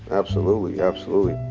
absolutely. absolutely.